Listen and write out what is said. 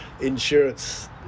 insurance